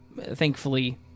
Thankfully